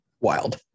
Wild